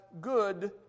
good